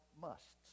musts